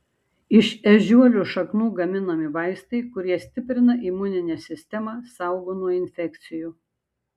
iš ežiuolių šaknų gaminami vaistai kurie stiprina imuninę sistemą saugo nuo infekcijų